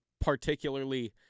particularly